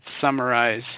summarize